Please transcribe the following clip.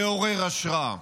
מעורר השראה.